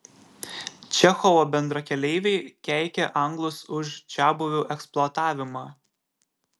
čechovo bendrakeleiviai keikė anglus už čiabuvių eksploatavimą